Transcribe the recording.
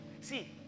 See